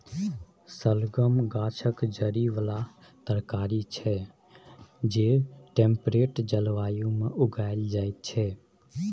शलगम गाछक जड़ि बला तरकारी छै जे टेम्परेट जलबायु मे उगाएल जाइ छै